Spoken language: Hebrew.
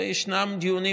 ויש דיונים,